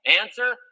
Answer